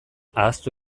ahaztu